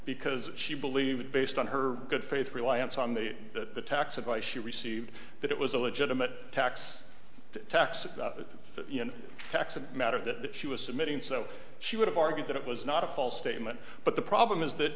because she believed based on her good faith reliance on the that the tax advice she received that it was a legitimate tax tax tax a matter that she was submitting so she would have argued that it was not a false statement but the problem is that